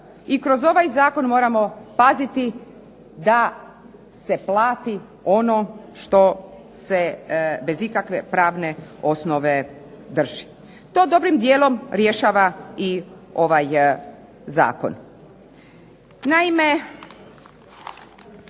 i kroz ovaj zakon moramo paziti da se plati ono što se bez ikakve pravne osnove drži. To dobrim dijelom rješava i ovaj zakon.